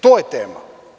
To je tema.